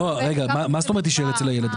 לא, רגע, מה זאת אומרת יישאר אצל הילד?